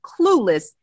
clueless